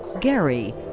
gary.